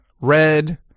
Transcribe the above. red